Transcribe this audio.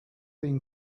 been